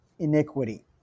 iniquity